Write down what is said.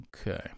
okay